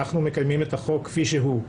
אנחנו מקיימים את החוק כפי שהוא.